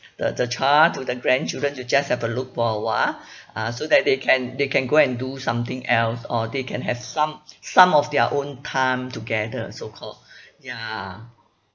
the the child to the grandchildren to just have a look for a while uh so that they can they can go and do something else or they can have some some of their own time together so called ya